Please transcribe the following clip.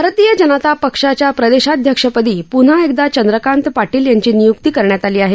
भारतीय जनता पक्षाच्या प्रदेशाध्यक्षपदी पुन्हा एकदा चंद्रकांत पाटील यांची नियुक्ती करण्यात आली आहे